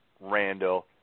Randall